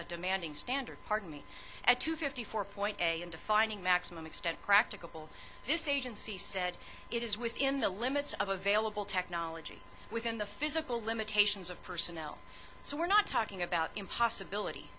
a demanding standard pardon me at two fifty four point i am defining maximum extent practicable this agency said it is within the limits of available technology within the physical limitations of personnel so we're not talking about impossibilit